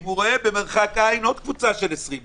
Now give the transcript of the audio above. אם הוא רואה במרחק עין עוד קבוצה של 20 אנשים?